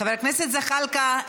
חבר הכנסת זחאלקה,